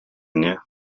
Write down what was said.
мне